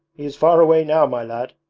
he is far away now, my lad.